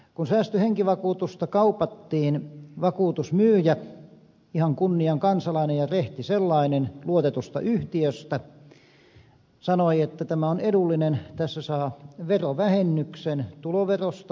kun säästöhenkivakuutusta kaupattiin vakuutusmyyjä ihan kunnian kansalainen ja rehti sellainen luotetusta yhtiöstä sanoi että tämä on edullinen tässä saa verovähennyksen tuloverosta maksetusta summasta